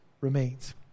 remains